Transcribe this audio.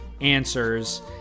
answers